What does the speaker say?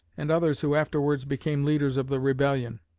and others who afterwards became leaders of the rebellion.